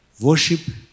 worship